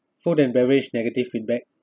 food and beverage negative feedback